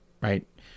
right